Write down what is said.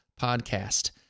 podcast